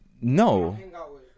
No